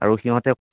আৰু সিহঁতক